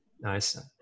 nice